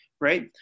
Right